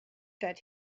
that